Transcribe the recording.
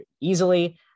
easily